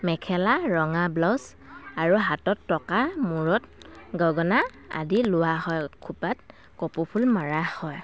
মেখেলা ৰঙা ব্লাউজ আৰু হাতত টকা মূৰত গগনা আদি লোৱা হয় খোপাত কঁপৌফুল মাৰা হয়